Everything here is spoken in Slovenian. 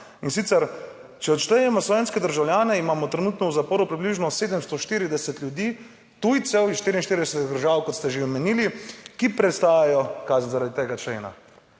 in sicer, če odštejemo slovenske državljane, imamo trenutno v zaporu približno 740 ljudi, tujcev, iz 44 držav, kot ste že omenili, ki prestajajo kazen zaradi tega člena.